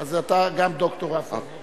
אז אתה גם ד"ר עפו אגבאריה.